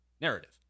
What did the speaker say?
narrative